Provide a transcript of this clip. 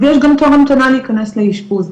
ויש גם תור המתנה להיכנס לאשפוז,